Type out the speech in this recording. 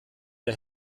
der